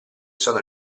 sono